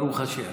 ברוך השם.